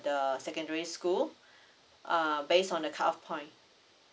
the secondary school err based on the cut off point